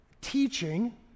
teaching